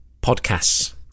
podcasts